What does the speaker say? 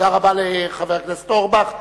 תודה רבה לחבר הכנסת אורבך.